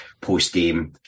post-game